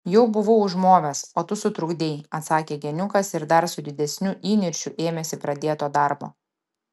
jau buvau užmovęs o tu sutrukdei atsakė geniukas ir dar su didesniu įniršiu ėmėsi pradėto darbo